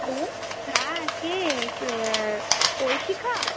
hello হ্যাঁ কে ঐশিখা